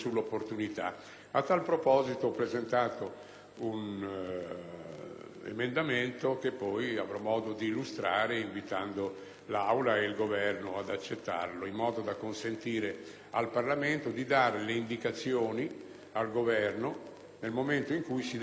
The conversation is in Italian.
un emendamento, che poi avrò modo di illustrare invitando l'Aula ed il Governo ad accoglierlo, in modo da consentire al Parlamento di dare le opportune indicazioni al Governo nel momento in cui si decide di prolungare le attività ovvero, eventualmente, di iniziarne delle nuove.